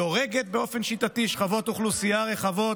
היא הורגת באופן שיטתי שכבות אוכלוסייה רחבות,